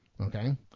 Okay